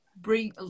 Bring